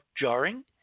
jarring